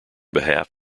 behalf